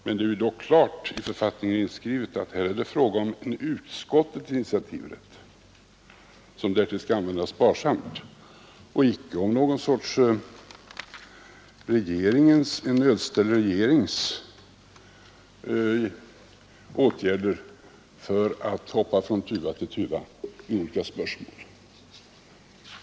Men i författningen står det klart utskrivet att här är det fråga om en utskottens initiativrätt — som därtill skall användas sparsamt — inte om någon sorts en nödställd regerings åtgärder för att möjliggöra för den att hoppa från tuva till tuva i olika spörsmål.